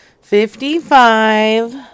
Fifty-five